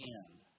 end